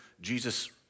Jesus